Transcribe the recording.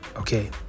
Okay